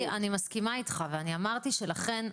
אני מסכימה איתך ואני אמרתי שלכן,